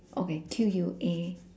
okay Q U A